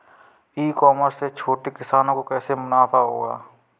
ई commerce से छोटे किसानों को कैसे मुनाफा होगा?